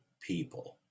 people